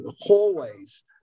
hallways